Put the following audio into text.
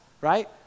right